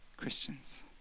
Christians